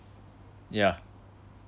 yeah